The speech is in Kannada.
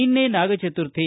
ನಿನ್ನೆ ನಾಗ ಚತುರ್ಥಿ